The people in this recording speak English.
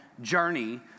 journey